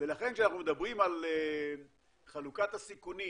לכן כשאנחנו מדברים על חלוקת הסיכונים